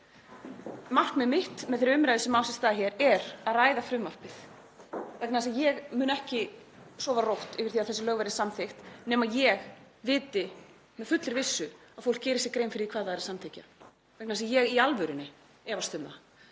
Markmið mitt með þeirri umræðu sem á sér stað hér er að ræða frumvarpið vegna þess að ég mun ekki sofa rótt yfir því að þessi lög verði samþykkt nema ég viti með fullri vissu að fólk geri sér grein fyrir því hvað það er að samþykkja því að ég efast í alvörunni um það.